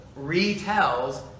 retells